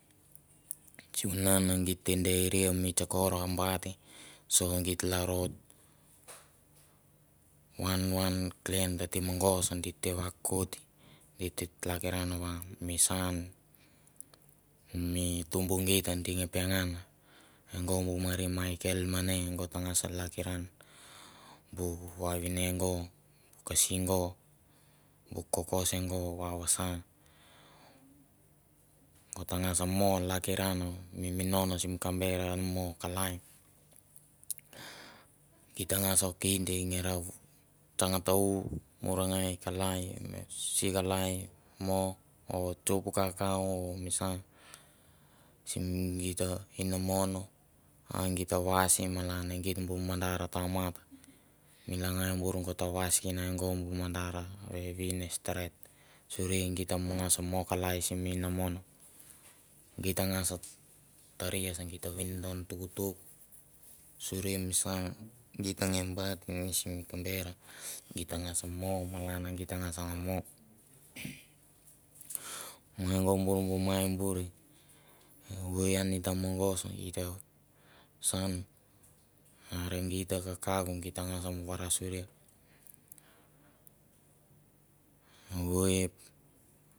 Sivunan git te deri mi tskor a bait. so geit, laro wan wan an mi tunbu geit adi nga pengan e go bu mari mi kel mane go ta ngas lakiran bu vavine go bu kasi go, bu koko se go vausa go ta ngas mo lakiran mi minon simi kamber an mo kalai. geit ta ngas kindi nge ra ta u morangai kalai isi kalai mo o top kakau o misa sim geit a inamon a geit ta vas malana bu mandar tama, mi langai bur go ta vas ven aga go mandara vevin steret suri gen ta ngas mo kalai simi inamon, geit ta ngas taria se geit ta ngas mo kalai simi inamon, geit ta ngas mo kalai simi inamon. geit tas ngas taria se geit ta vindon tuktuk suri misa sa gi teng nga bait ne sim kamber. Git ta ngas mo malan geit ta ngas mo. Me go bur bu mai buri evoi ian ita mogos ita saun are geit ta kakauk git ta ngas varasuria evioi e.